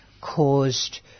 caused